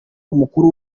umukuru